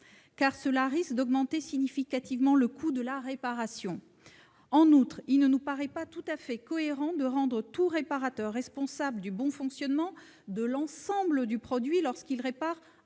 car cela risque d'augmenter significativement le coût de la réparation. En outre, il ne paraît pas tout à fait cohérent de rendre tout réparateur responsable du bon fonctionnement de l'ensemble du produit lorsqu'il répare un de